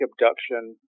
abduction